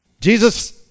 Jesus